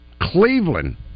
Cleveland